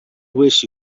wish